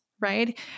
right